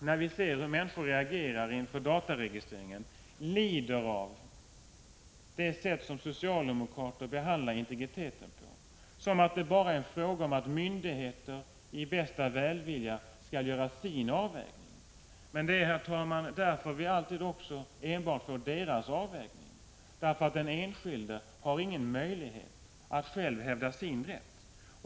När vi ser hur människor reagerar inför dataregistreringen lider vi av socialdemokraternas sätt att behandla integriteten, dvs. som en fråga om att myndigheter i bästa välvilja skall göra sin avvägning. Herr talman! Det är också därför vi alltid får myndigheternas avvägning, medan den enskilde inte har någon möjlighet att själv hävda sin rätt.